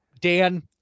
Dan